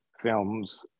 films